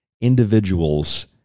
individuals